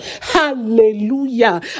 Hallelujah